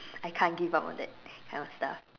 I can't give up on that kind of stuff